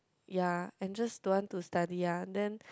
ya and just don't want to study ah then